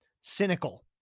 cynical